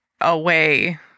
away